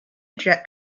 jet